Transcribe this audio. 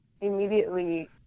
immediately